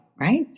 right